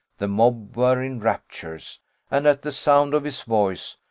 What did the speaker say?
the mob were in raptures and at the sound of his voice,